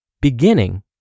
Beginning